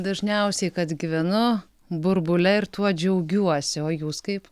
dažniausiai kad gyvenu burbule ir tuo džiaugiuosi o jūs kaip